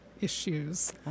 issues